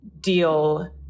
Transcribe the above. deal